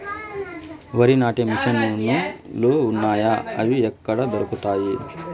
వరి నాటే మిషన్ ను లు వున్నాయా? అవి ఎక్కడ దొరుకుతాయి?